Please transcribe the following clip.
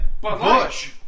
Bush